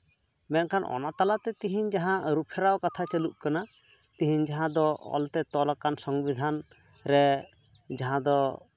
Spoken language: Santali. ᱢᱮᱱᱠᱷᱟᱱ ᱚᱱᱟ ᱛᱟᱞᱟᱛᱮ ᱛᱤᱦᱤᱧ ᱡᱟᱦᱟᱸ ᱟᱹᱨᱩᱯᱷᱮᱨᱟᱣ ᱠᱟᱛᱷᱟ ᱪᱟᱹᱞᱩᱜ ᱠᱟᱱᱟ ᱛᱤᱦᱤᱧ ᱡᱟᱦᱟᱸ ᱫᱚ ᱚᱞᱛᱮ ᱛᱚᱞᱟᱠᱟᱱ ᱥᱚᱝᱵᱤᱫᱷᱟᱱ ᱨᱮ ᱡᱟᱦᱟᱸ ᱫᱚ